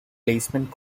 placement